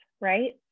right